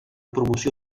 promoció